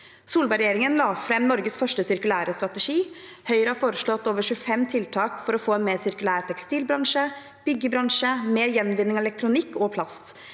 Solberg-regjeringen la fram Norges første sirkulære strategi. Høyre har foreslått over 25 tiltak for å få en mer sirkulær tekstilbransje og byggebransje og mer gjenvinning av elektronikk og plast.